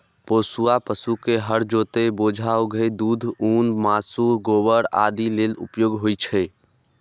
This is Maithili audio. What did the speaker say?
पोसुआ पशु के हर जोतय, बोझा उघै, दूध, ऊन, मासु, गोबर आदि लेल उपयोग होइ छै